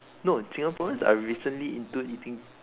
no Singaporeans are recently into eating